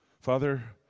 Father